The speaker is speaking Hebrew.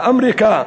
באמריקה?